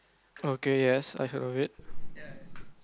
okay yes I've heard of it